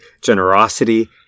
generosity